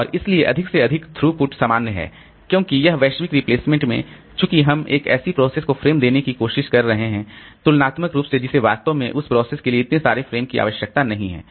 और इसलिए अधिक से अधिक थ्रूपुट सामान्य है क्योंकि यह वैश्विक रिप्लेसमेंट में चूंकि हम एक ऐसी प्रोसेस को फ्रेम देने की कोशिश कर रहे हैं तुलनात्मक रूप से जिसे वास्तव में उस प्रोसेस के लिए इतने सारे फ्रेम की आवश्यकता नहीं है